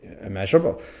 immeasurable